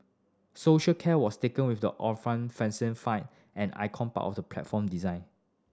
social care was taken with the ornamental fascia fan an iconic part of the platform design